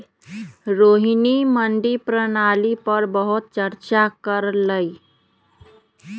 रोहिणी मंडी प्रणाली पर बहुत चर्चा कर लई